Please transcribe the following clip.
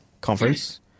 conference